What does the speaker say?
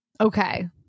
okay